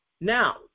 Now